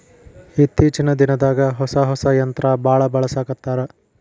ಇತ್ತೇಚಿನ ದಿನದಾಗ ಹೊಸಾ ಹೊಸಾ ಯಂತ್ರಾ ಬಾಳ ಬಳಸಾಕತ್ತಾರ